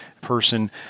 person